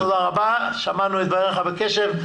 שמענו את דבריך בקשב.